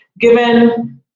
given